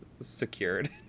secured